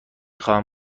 خواهم